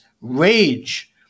rage